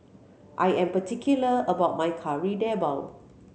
I am particular about my Kari Debal